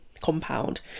compound